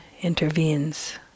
intervenes